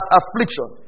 affliction